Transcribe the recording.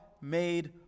made